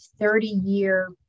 30-year